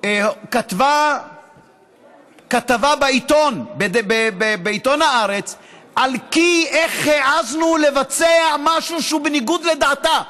כתבה כתבה בעיתון הארץ על איך העזנו לבצע משהו שהוא בניגוד לדעתה.